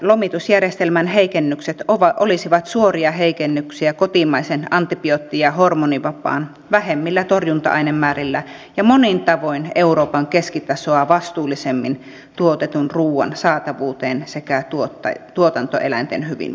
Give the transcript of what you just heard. lomitusjärjestelmän heikennykset olisivat suoria heikennyksiä kotimaisen antibiootti ja hormonivapaan vähemmillä torjunta ainemäärillä ja monin tavoin euroopan keskitasoa vastuullisemmin tuotetun ruuan saatavuuteen sekä tuotantoeläinten hyvinvointiin